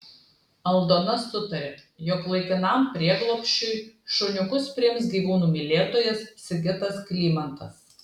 aldona sutarė jog laikinam prieglobsčiui šuniukus priims gyvūnų mylėtojas sigitas klymantas